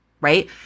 right